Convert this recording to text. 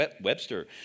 Webster